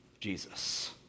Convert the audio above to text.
Jesus